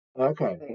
Okay